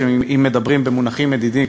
אם מדברים במונחים מדידים,